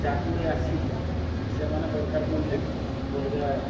ଚାପରେ ଆସି ସେମାନେ ଦରକାର ପଡ଼ିଲେ ଅଲଗା